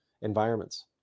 environments